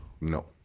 No